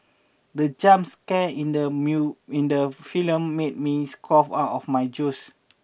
the jump scare in the in the film made me cough out my juice